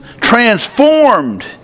transformed